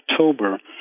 October